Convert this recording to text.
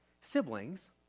siblings